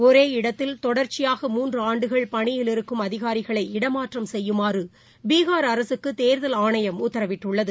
ஒரே இடத்தில் தொடர்ச்சியாக மூன்று ஆண்டுகள் பணியில் இருக்கும் அதிகாரிகளை இடமாற்றம் செய்யுமாறு பீகார் அரசுக்கு தேர்தல் ஆணையம் உத்தரவிட்டுள்ளது